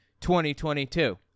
2022